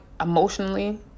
emotionally